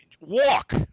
Walk